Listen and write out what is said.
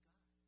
God